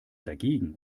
dagegen